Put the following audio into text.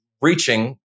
reaching